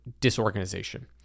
disorganization